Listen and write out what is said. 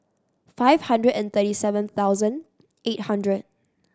five hundred and thirty seven thousand eight hundred